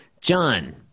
John